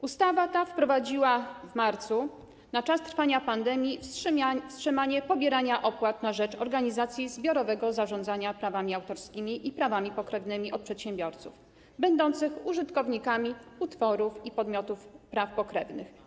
Ustawa ta wprowadziła w marcu, na czas trwania pandemii, wstrzymanie pobierania opłat na rzecz organizacji zbiorowego zarządzania prawami autorskimi i prawami pokrewnymi od przedsiębiorców będących użytkownikami utworów i podmiotów praw pokrewnych.